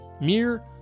mere